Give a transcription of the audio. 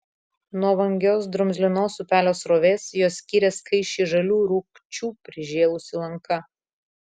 nuo vangios drumzlinos upelio srovės juos skyrė skaisčiai žalių rūgčių prižėlusi lanka